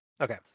Okay